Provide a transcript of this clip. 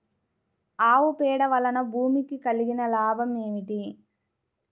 ఆవు పేడ వలన భూమికి కలిగిన లాభం ఏమిటి?